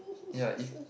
ya if